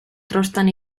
trostan